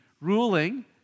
ruling